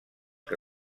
que